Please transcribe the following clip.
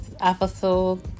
episode